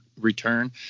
return